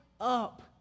up